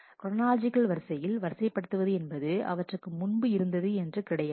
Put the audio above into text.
chronological வரிசையில் வரிசைப் படுத்தப் படுவது என்பது அவற்றுக்கு முன்பு இருந்தது என்று கிடையாது